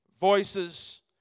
voices